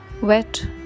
Wet